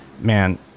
man